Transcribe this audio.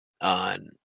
On